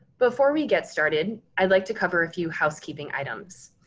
before we get started, i'd like to cover a few housekeeping items.